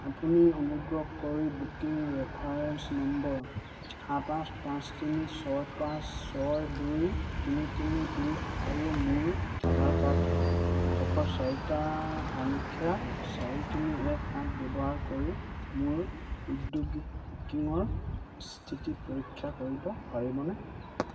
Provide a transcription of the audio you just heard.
আপুনি অনুগ্ৰহ কৰি বুকিং ৰেফাৰেঞ্চ নম্বৰ সাত আঠ পাঁচ তিনি ছয় পাঁচ ছয় দুই তিনি তিনি দুই আৰু মোৰ আধাৰ কাৰ্ডৰ শেষৰ চাৰিটা সংখ্যা চাৰি তিনি এক সাত ব্যৱহাৰ কৰি মোৰ ঔদ্যোগিক বুকিঙৰ স্থিতি পৰীক্ষা কৰিব পাৰিবনে